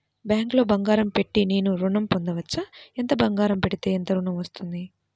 బ్యాంక్లో బంగారం పెట్టి నేను ఋణం పొందవచ్చా? ఎంత బంగారం పెడితే ఎంత ఋణం వస్తుంది?